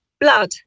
blood